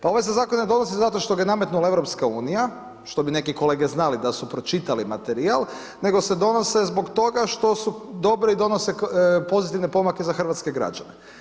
Pa ovaj se zakon ne donosi zato što ga je nametnula EU, što bi neke kolege znali da su pročitali materijal, nego se donose zbog toga što su dobri i donose pozitivne pomake za hrvatske građane.